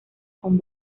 con